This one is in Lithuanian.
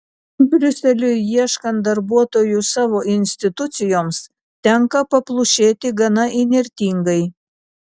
briuseliui ieškant darbuotojų savo institucijoms tenka paplušėti gana įnirtingai